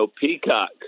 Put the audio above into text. peacock